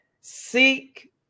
seek